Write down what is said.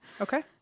Okay